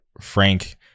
Frank